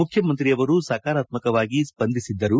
ಮುಖ್ಯಮಂತ್ರಿಯವರು ಸಕಾರಾತ್ಮಕವಾಗಿ ಸ್ಪಂದಿಸಿದ್ದರು